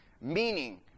Meaning